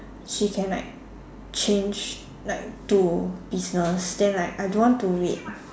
she can like change like to business then like I don't want to wait